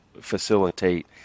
facilitate